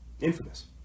infamous